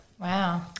Wow